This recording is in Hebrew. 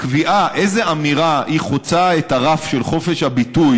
הקביעה איזו אמירה חצתה את הרף של חופש הביטוי